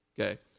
Okay